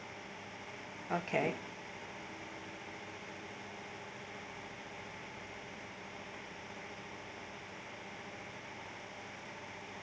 okay